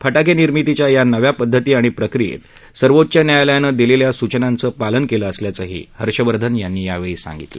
फटाका प्रिमितीच्या या नव्या पद्धती आणि प्रक्रियर्त सर्वोच्च न्यायालयानं दिलखिा सूचनांचं पालन कलि असल्याचंही हर्षवर्धन यांनी यावळी सांगितलं